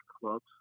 clubs